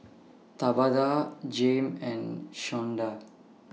Tabatha Jayme and Shawnda